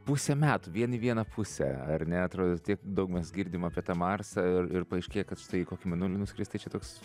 pusę metų vien į vieną pusę ar ne atrodo tiek daug mes girdim apie tą marsą ir ir paaiškėja kad štai į kokį mėnulį nuskrist tai čia toks